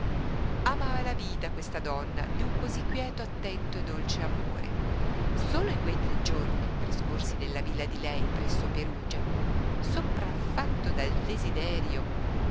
amava la vita questa donna d'un cosí quieto attento e dolce amore solo in quei tre giorni trascorsi nella villa di lei presso perugia sopraffatto dal desiderio